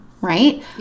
right